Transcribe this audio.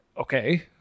Okay